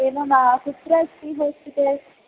एवं कुत्र अस्ति कृते